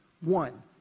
one